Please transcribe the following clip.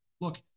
look